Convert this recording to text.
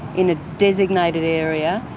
in a designated area,